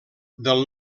del